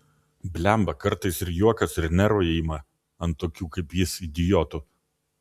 blemba kartais ir juokas ir nervai ima ant tokių kaip jis idiotų